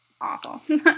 awful